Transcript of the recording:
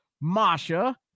Masha